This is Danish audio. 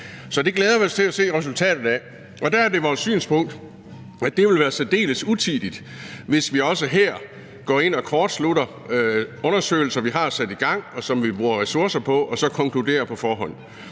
Så det glæder vi os til at se resultatet af, og der er det vores synspunkt, at det vil være særdeles utidigt, hvis man også her går ind og kortslutter undersøgelser, som er sat i gang, og som der bruges ressourcer på, og så konkluderer på forhånd.